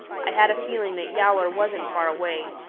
i had a feeling that yowler wasn't far away.